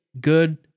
good